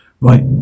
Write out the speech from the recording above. Right